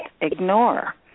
ignore